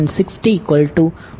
33° છે